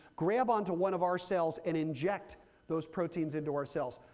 grab onto one of our cells, and inject those proteins into our cells.